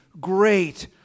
great